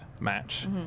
match